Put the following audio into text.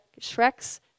Shrek's